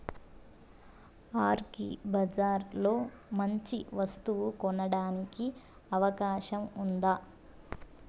అగ్రిబజార్ లో మంచి వస్తువు కొనడానికి అవకాశం వుందా?